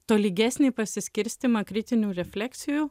tolygesnį pasiskirstymą kritinių refleksijų